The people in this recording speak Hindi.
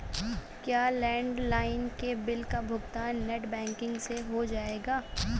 क्या लैंडलाइन के बिल का भुगतान नेट बैंकिंग से हो जाएगा?